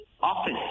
office